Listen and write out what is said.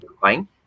fine